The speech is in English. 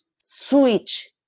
switch